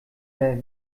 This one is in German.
der